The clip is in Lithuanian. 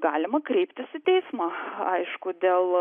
galima kreiptis į teismą aišku dėl